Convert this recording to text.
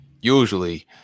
usually